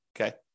Okay